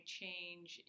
change